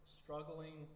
struggling